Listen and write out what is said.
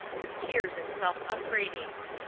with tears and self-upbraidings.